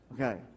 Okay